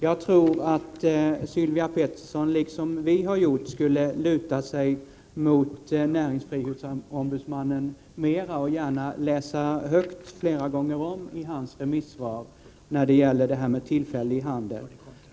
Jag tror att Sylvia Pettersson, liksom vi har gjort, borde ”luta sig mot” näringsfrihetsombudsmannen och gärna fler gånger läsa hans remissvar när det gäller frågan om tillfällig handel.